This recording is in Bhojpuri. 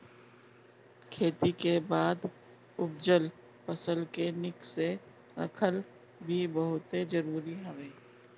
खेती के बाद उपजल फसल के निक से रखल भी बहुते जरुरी हवे